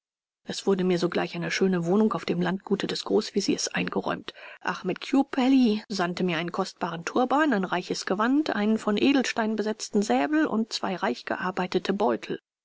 es wurde mir sogleich eine schöne wohnung auf dem landgute des großveziers eingeräumt achmet kiuperli sandte mir einen kostbaren turban ein reiches gewand einen von edelsteinen blitzenden säbel und zwei reich gearbeitete beutel